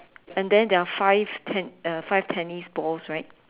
and then there are five ten uh five tennis balls right